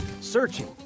Searching